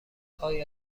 آیا